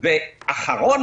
ואחרון,